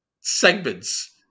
segments